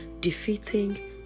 defeating